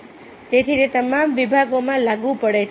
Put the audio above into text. તેથી તે તમામ વિભાગોમાં લાગુ પડે છે